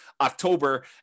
October